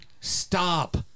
stop